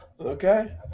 Okay